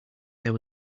there